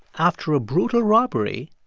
after a brutal robbery,